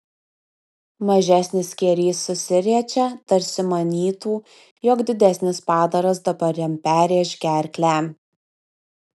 mažesnis skėrys susiriečia tarsi manytų jog didesnis padaras dabar jam perrėš gerklę